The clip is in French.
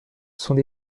sont